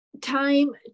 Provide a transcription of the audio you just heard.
time